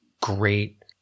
great